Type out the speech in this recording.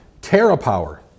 Terrapower